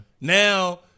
Now